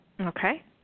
Okay